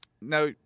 Now